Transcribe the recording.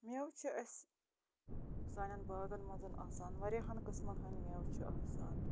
میوٕ چھِ اَسہِ سانٮ۪ن باغَن منٛز آسان واریاہَن قٕسمَن ہٕنٛدۍ میوٕ چھِ آسان